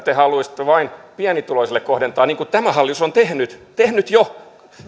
te haluaisitte vain pienituloisille kohdentaa niin tämä hallitus on tehnyt tehnyt jo